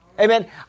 Amen